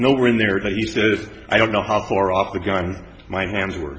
nowhere in there he says i don't know how far off the gun my hands were